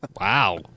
Wow